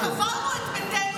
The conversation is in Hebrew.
קברנו את מתינו